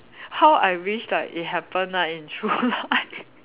how I wish like it happen right in true life